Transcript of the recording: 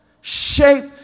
shape